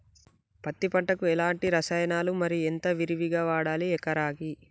పత్తి పంటకు ఎలాంటి రసాయనాలు మరి ఎంత విరివిగా వాడాలి ఎకరాకి?